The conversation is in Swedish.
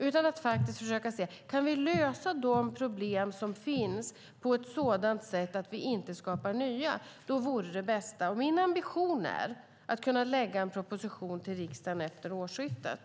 Vi bör försöka se om vi kan lösa de problem som finns på ett sådant sätt att vi inte skapar nya - det vore det bästa. Min ambition är att kunna lägga fram en proposition till riksdagen efter årsskiftet.